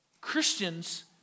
Christians